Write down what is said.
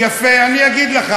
יפה, אני אגיד לך.